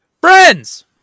friends